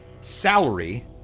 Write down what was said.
salary